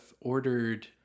ordered